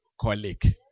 colleague